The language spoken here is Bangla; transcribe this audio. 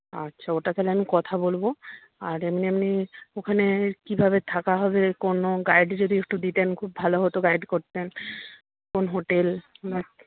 আচ্ছা ওটা তাহলে আমি কথা বলব আর এমনি এমনি ওখানে কীভাবে থাকা হবে কোনো গাইড যদি একটু দিতেন খুব ভালো হতো গাইড করতেন কোন হোটেল বা